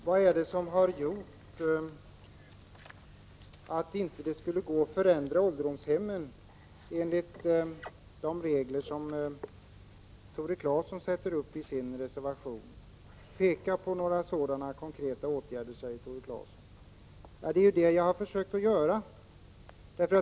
Herr talman! Vad är det som gör att det inte skulle gå att förändra ålderdomshemmen enligt de regler som Tore Claeson föreslår i sin reservation? Peka på några sådana konkreta åtgärder, säger Tore Claeson. Det är ju det jag har försökt göra.